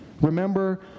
Remember